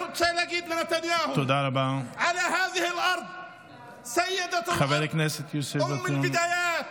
תודה רבה, חבר הכנסת יוסף עטאונה.